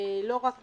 לא רק מומחים.